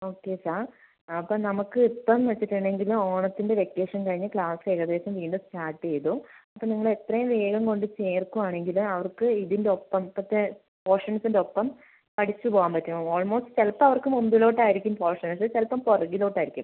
okay sir അപ്പം നമുക്ക് ഇപ്പമെന്ന് വെച്ചിട്ടുണ്ടെങ്കിൽ ഓണത്തിൻ്റെ വെക്കേഷൻ കഴിഞ്ഞ് ക്ലാസ് ഏകദേശം വീണ്ടും സ്റ്റാർട്ട് ചെയ്തു അപ്പം നിങ്ങൾ എത്രയും വേഗം കൊണ്ട് ചേർക്കുവാണെങ്കിൽ അവർക്ക് ഇതിൻ്റ ഒപ്പം ഇപ്പോഴത്തെ പോർഷൻസിന്റെ ഒപ്പം പഠിച്ച് പോവാൻ പറ്റും ഓൾമോസ്റ്റ് ചിലപ്പോൾ അവർക്ക് മുൻപിലോട്ട് ആയിരിക്കും പോർഷൻസ് ചിലപ്പോൾ പുറകിലോട്ട് ആയിരിക്കും